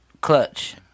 clutch